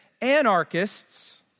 Anarchists